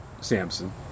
Samson